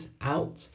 out